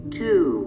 two